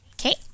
Okay